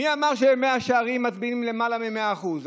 מי אמר שבמאה שערים מצביעים למעלה מ-100%?